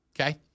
okay